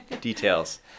Details